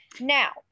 Now